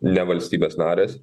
ne valstybės narės